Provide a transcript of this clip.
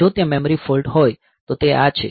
જો ત્યાં memory fault હોય તો તે આ છે